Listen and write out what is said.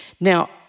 Now